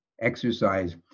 exercise